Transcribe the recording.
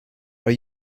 are